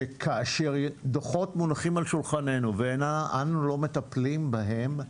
כי כאשר דו"חות מונחים על שולחננו ואנו לא מטפלים בהם,